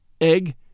egg